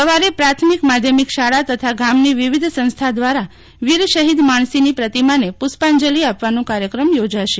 સવારે પ્રાથમિક માધ્યમિક શાળા તથા ગામની વિવિધ સંસ્થા દ્વારા વીર શહીદ માણશીની પ્રતિમાને પુષ્પાંજલિ આપવાનો કાર્યક્રમ યોજાશે